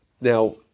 Now